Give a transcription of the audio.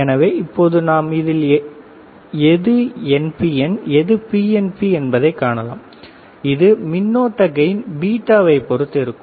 எனவே இப்போது நாம் இதில் எது என் பிஎன் எது பிஎன்பி என்பதை காணலாம் இது மின்னோட்ட கையின் பீட்டாவை பொருத்து இருக்கும்